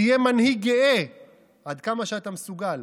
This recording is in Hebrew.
תהיה מנהיג גאה, עד כמה שאתה מסוגל.